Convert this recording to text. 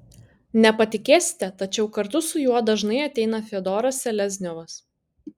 nepatikėsite tačiau kartu su juo dažnai ateina fiodoras selezniovas